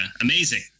Amazing